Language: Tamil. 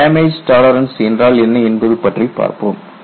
டேமேஜ் டாலரன்ஸ் என்றால் என்ன என்பது பற்றி பார்ப்போம்